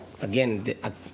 again